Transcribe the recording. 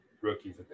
rookies